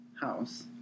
house